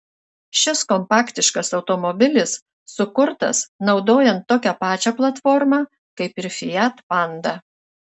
šis kompaktiškas automobilis sukurtas naudojant tokią pačią platformą kaip ir fiat panda